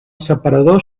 separador